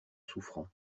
souffrant